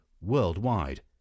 worldwide